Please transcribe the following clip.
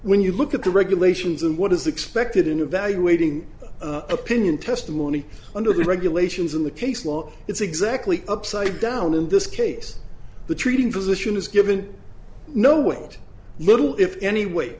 when you look at the regulations and what is expected in evaluating opinion testimony under the regulations in the case law it's exactly upside down in this case the treating physician is given no way that little if any weight